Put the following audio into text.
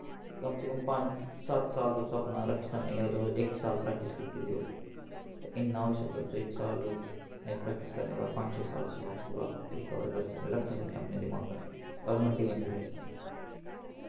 कम से कम पंज सत्त साल तुस अपना रक्खी सकनें कि अगर तुस इक साल प्रैक्टिस कीती दी होग ते इन्ना होई सकदा तुस इक साल प्रैक्टिस करने दे बाद पंज छे साल च तुस पूरा रिकवर करी सकनें रक्खी सकनें अपने दमाका च और मेनटेन बी रक्खी सकनें